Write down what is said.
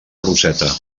roseta